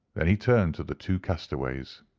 then he turned to the two castaways.